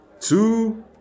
two